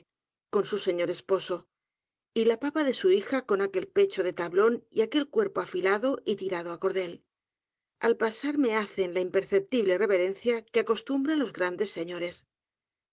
con su señor esposo y la pava dé su hija con aquel pechó de tablón y atfüél cuerpo afilado y tirado á cordel al p a s a r m e hacen la imperceptible reverencia que acostumbran los grárides seño